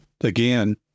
Again